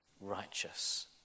righteous